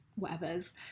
whatevers